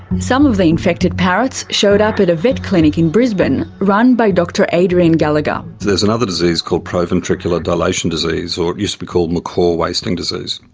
some of the infected parrots showed up at a vet clinic in brisbane run by dr adrian gallagher. there's another disease, called proventricular dilatation disease, disease, or it used to be called macaw wasting disease,